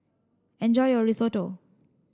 enjoy your Risotto